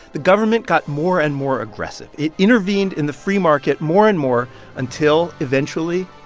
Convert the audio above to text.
the government got more and more aggressive. it intervened in the free market more and more until, eventually,